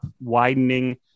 widening